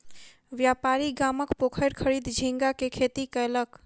व्यापारी गामक पोखैर खरीद झींगा के खेती कयलक